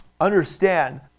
Understand